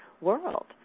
world